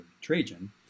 trajan